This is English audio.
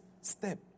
step